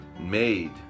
made